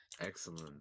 Excellent